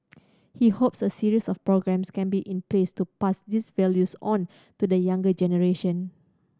he hopes a series of programmes can be in place to pass these values on to the younger generation